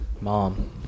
Mom